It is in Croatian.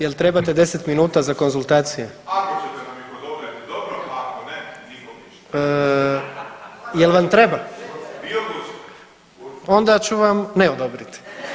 Jel trebate 10 minuta za konzultacije? [[Upadica iz klupe: Ako ćete nam ih odobrit dobro, a ako ne nikom ništa]] Jel vam treba? [[Upadica iz klupe: Vi odlučite]] Onda ću vam ne odobriti.